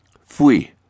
Fui